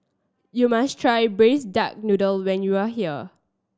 you must try Braised Duck Noodle when you are here